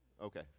okay